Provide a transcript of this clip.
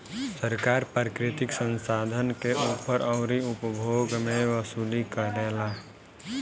सरकार प्राकृतिक संसाधन के ऊपर अउरी उपभोग मे वसूली करेला